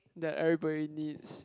that everybody needs